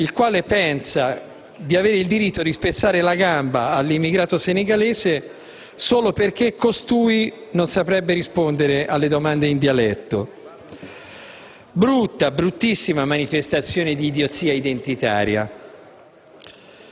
che pensa di avere il diritto di spezzare la gamba all'immigrato senegalese solo perché costui non saprebbe rispondere alle domande in dialetto; brutta, bruttissima manifestazione di idiozia identitaria.